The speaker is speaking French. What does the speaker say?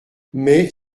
mais